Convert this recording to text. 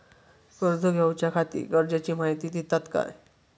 कर्ज घेऊच्याखाती गरजेची माहिती दितात काय?